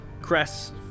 Cress